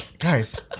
guys